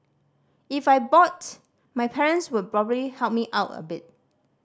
if I bought my parents would probably help me out a bit